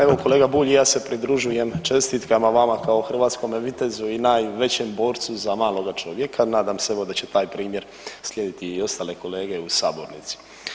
Evo kolega Bulj i ja se pridružujem čestitkama vama kao hrvatskome vitezu i najvećem borcu za maloga čovjeka, nadam se evo da će taj primjer slijediti i ostale kolege u sabornici.